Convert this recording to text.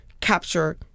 capture